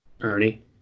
Ernie